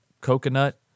coconut